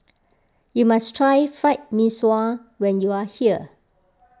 you must try Fried Mee Sua when you are here